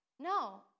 No